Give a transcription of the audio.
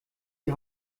die